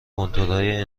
کنتورهای